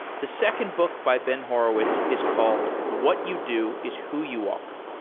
the second book by ben horowitz is called what you do is who you are.